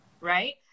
right